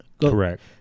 Correct